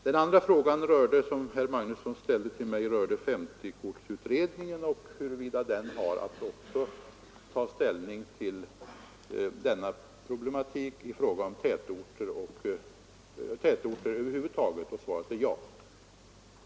Den andra frågan som herr Magnusson ställde till mig rörde SO-kortsutredningen och huruvida den har att också ta ställning till denna problematik i fråga om tätorter över huvud taget, och svaret är ja.